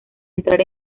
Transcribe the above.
entrar